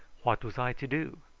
what was i to do?